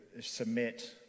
submit